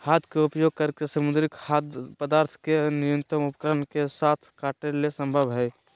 हाथ के उपयोग करके समुद्री खाद्य पदार्थ के न्यूनतम उपकरण के साथ काटे ले संभव हइ